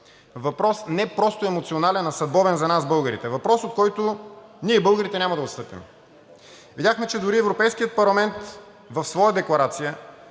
въпрос не просто емоционален, а съдбовен за нас българите, въпрос, от който ние българите няма да отстъпим. Видяхме, че дори Европейският парламент в своя декларация